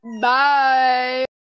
bye